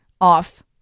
off